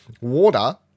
water